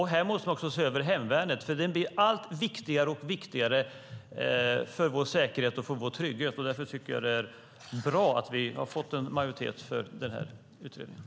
Här måste vi också se över hemvärnet, för det blir viktigare och viktigare för vår säkerhet och för vår trygghet. Därför tycker jag att det är bra att vi har fått en majoritet för den här utredningen.